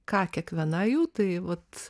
ką kiekviena jų tai vat